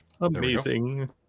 Amazing